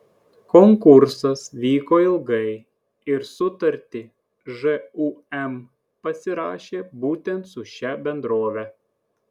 konkursas vyko ilgai ir sutartį žūm pasirašė būtent su šia bendrove